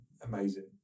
Amazing